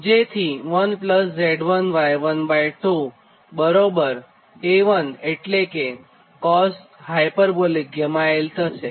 જેથી 1Z1Y12 બરાબર A1 એટલે કે cosh 𝛾𝑙 થશે